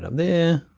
um there,